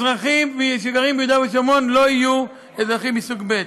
אזרחים שגרים ביהודה ושומרון לא יהיו אזרחים מסוג ב'.